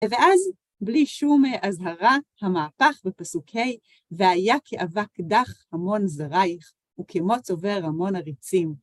ואז, בלי שום אזהרה, המהפך בפסוקי: והיה כאבק דק המון זריך וכמץ עבר המון עריצים.